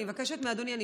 אני מבקשת מאדוני,